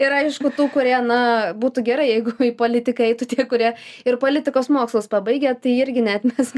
ir aišku tų kurie na būtų gerai jeigu į politiką eitų tie kurie ir politikos mokslus pabaigę tai irgi neatmesk